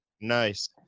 nice